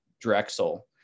Drexel